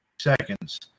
seconds